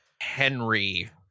Henry